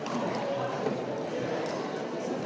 Hvala